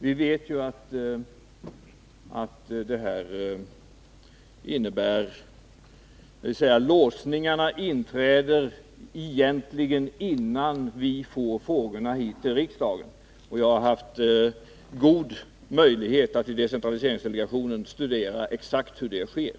Vi vet att låsningarna egentligen inträffar, innan vi får frågorna hit till riksdagen — jag har haft god möjlighet att i decentraliseringsdelegationen studera exakt hur det sker.